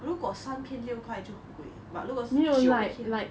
如果三篇六块就很贵 but 如果十九篇